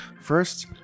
First